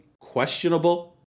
questionable